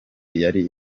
yari